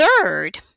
third